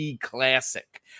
classic